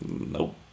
Nope